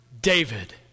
david